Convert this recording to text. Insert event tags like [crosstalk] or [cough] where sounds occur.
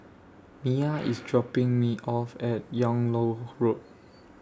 Miah [noise] IS dropping Me off At Yung Loh Road